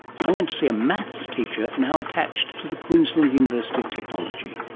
i went to see a maths teacher, now attached to the queensland university of technology.